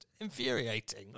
infuriating